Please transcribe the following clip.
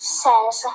says